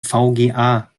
vga